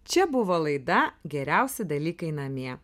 čia buvo laida geriausi dalykai namie